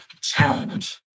challenge